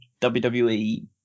WWE